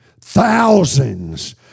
thousands